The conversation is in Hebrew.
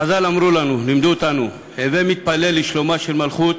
חז"ל לימדו אותנו: הווי מתפלל לשלומה של מלכות,